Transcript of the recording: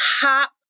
top